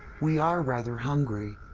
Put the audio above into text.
we are rather hungry.